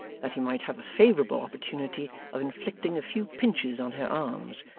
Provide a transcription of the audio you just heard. that he might have a favourable opportunity of inflicting a few pinches on her arms,